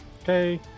Okay